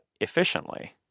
efficiently